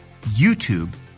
YouTube